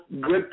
good